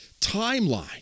timeline